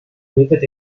lived